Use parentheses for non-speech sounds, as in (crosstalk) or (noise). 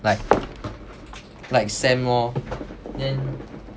like (noise) like Samuel then